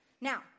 Now